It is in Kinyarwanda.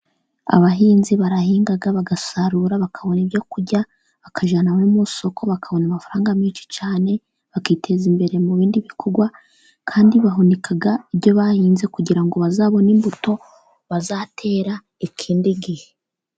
Abahinzi barahinga, bagasarura, bakabona ibyo kurya, bakajyana no mu isoko, bakabona amafaranga menshi cyane, bakiteza imbere mu bindi bikorwa, kandi bahunika ibyo bahinze kugira ngo bazabone imbuto bazatera ikindi gihe.